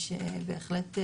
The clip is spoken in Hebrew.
יש בהחלט,